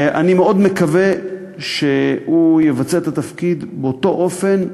אני מאוד מקווה שהוא יבצע את התפקיד באותו אופן,